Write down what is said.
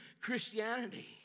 Christianity